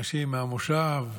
אנשים מהמושב,